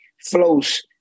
flows